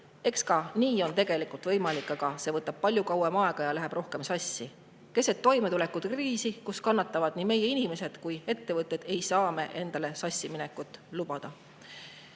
Eks ka nii on võimalik, aga see võtab palju kauem aega ja läheb rohkem sassi. Keset toimetulekukriisi, kus kannatavad nii meie inimesed kui ka ettevõtted, ei saa me endale sassiminekut lubada.